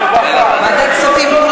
ועדת כספים?